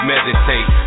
Meditate